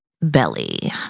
belly